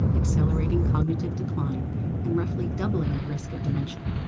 accelerating cognitive decline and roughly doubling the risk of dementia.